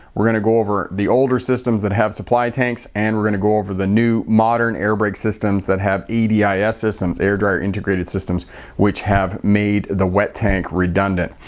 we're going to go over the older systems that have supply tanks and we're going to go over the new modern air brake systems that have adis ah systems air dryer integrated systems which have made the wet tank redundant.